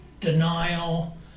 denial